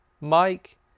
Mike